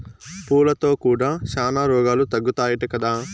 పూలతో కూడా శానా రోగాలు తగ్గుతాయట కదా